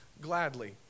gladly